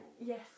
Yes